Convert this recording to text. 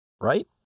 right